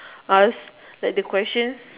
ask like the questions